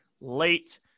late